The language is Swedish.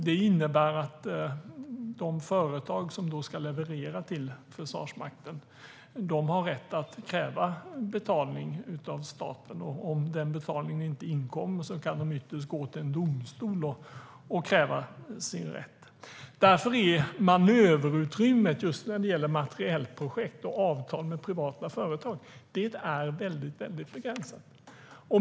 Det innebär att de företag som ska leverera till Försvarsmakten har rätt att kräva betalning av staten. Om betalningen inte inkommer kan de ytterst gå till en domstol och kräva sin rätt. Därför är manöverutrymmet just när det gäller materielprojekt och avtal med privata företag väldigt begränsat.